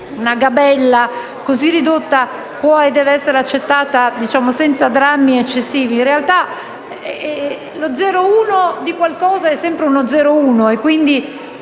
una gabella così ridotta può e deve essere accettata senza drammi eccessivi. In realtà, lo 0,1 di qualcosa è sempre uno 0,1,